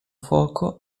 fuoco